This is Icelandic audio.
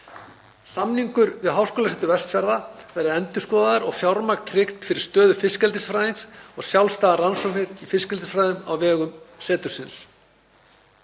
ríkisins við Háskólasetur Vestfjarða verði endurskoðaður og fjármagn tryggt fyrir stöðu fiskeldisfræðings og sjálfstæðar rannsóknir í fiskeldisfræðum á vegum setursins.